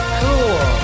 cool